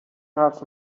حرف